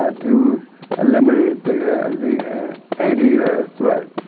ah to eliminate the ah the anti-air threat.